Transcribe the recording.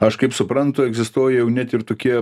aš kaip suprantu egzistuoja jau net ir tokie